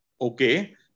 Okay